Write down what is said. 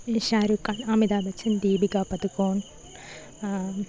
Shah Rukh Khan Amitabh Bachchan Deepika പദ് കോൺ